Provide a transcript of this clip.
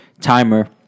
timer